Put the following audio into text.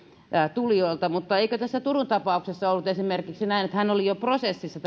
tulijoilta mutta eikö esimerkiksi tässä turun tapauksessa ollut näin että tämä ihminen oli jo prosessissa